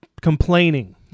complaining